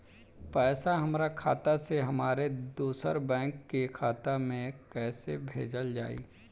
पैसा हमरा खाता से हमारे दोसर बैंक के खाता मे कैसे भेजल जायी?